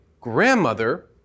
grandmother